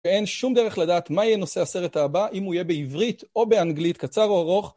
ואין שום דרך לדעת מה יהיה נושא הסרט הבא, אם הוא יהיה בעברית או באנגלית, קצר או ארוך.